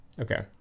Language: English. okay